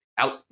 out